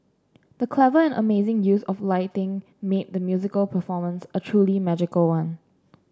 the clever and amazing use of lighting made the musical performance a truly magical one